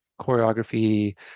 choreography